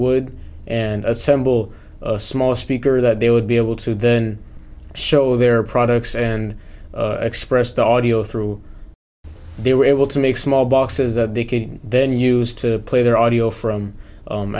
wood and assemble a small speaker that they would be able to then show their products and express the audio through they were able to make small boxes that they could then use to play their audio from